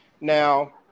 now